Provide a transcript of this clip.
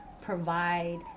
provide